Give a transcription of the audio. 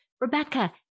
Rebecca